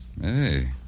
Hey